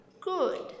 Good